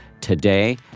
today